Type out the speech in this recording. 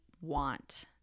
want